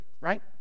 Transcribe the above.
Right